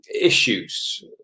issues